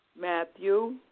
Matthew